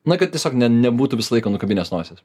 na kad tiesiog ne nebūtų visą laiką nukabinęs nosies